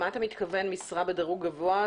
למה אתה מתכוון משרה בדרגה גבוהה?